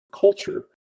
culture